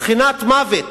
טחינת מוות.